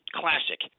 classic